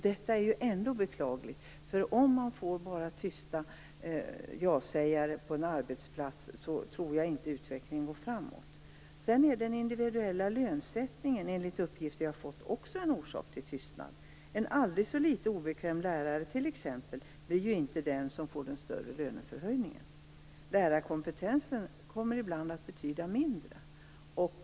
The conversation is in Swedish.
Detta är ändå beklagligt, för om man får bara tysta jasägare på en arbetsplats tror jag inte att utvecklingen går framåt. Den individuella lönesättningen är enligt uppgifter jag har fått också en orsak till tystnad. En aldrig så litet obekväm lärare t.ex. blir ju inte den som får den större löneförhöjningen. Lärarkompetensen kommer ibland att betyda mindre.